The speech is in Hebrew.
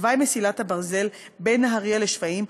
בתוואי מסילת הברזל בין נהריה לשפיים,